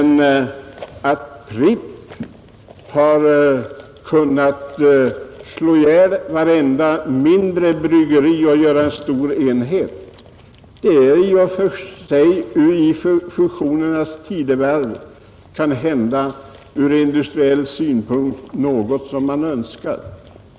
Att Pripp har kunnat slå ihjäl vartenda mindre bryggeri och bygga upp en stor enhet är kanhända något som man, i detta fusionernas tidevarv, ur industriell synpunkt i och för sig har önskat.